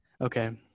okay